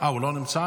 הוא לא נמצא.